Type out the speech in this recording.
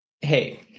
hey